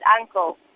uncle